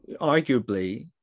arguably